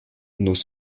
nos